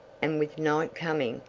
and with night coming,